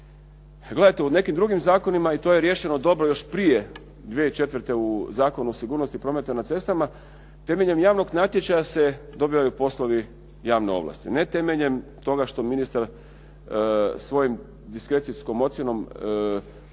Gledajte, u nekim drugim zakonima, i to je riješeno dobro još prije 2004. u Zakonu o sigurnosti prometa na cestama. Temeljem javnog natječaja se dobivaju poslovi javne ovlasti. Ne temeljem toga što ministar svojim diskrecijskom ocjenom